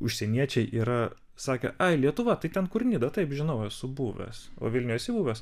užsieniečiai yra sakę ai lietuva tai ten kur nida taip žinau esu buvęs o vilniuj esi buvęs